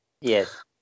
Yes